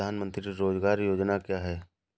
प्रधानमंत्री रोज़गार योजना क्या है?